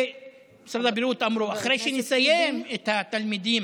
משרד הבריאות אמרו: אחרי שנסיים את התלמידים